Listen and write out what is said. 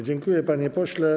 Dziękuję, panie pośle.